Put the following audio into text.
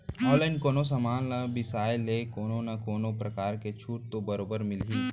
online कोनो समान ल बिसाय ले कोनो न कोनो परकार के छूट तो बरोबर मिलही